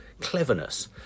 cleverness